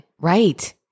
right